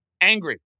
angry